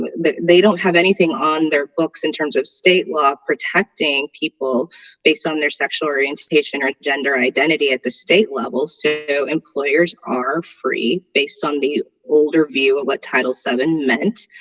they don't have anything on their books in terms of state law protecting people based on their sexual orientation or gender identity at the state level. so employers are free based on the older view of what title seven men